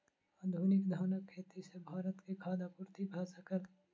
आधुनिक धानक खेती सॅ भारत के खाद्य आपूर्ति भ सकल